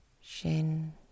Shin